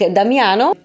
Damiano